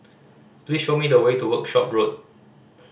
please show me the way to Workshop Road